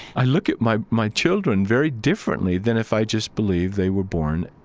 i look at my my children very differently than if i just believe they were born,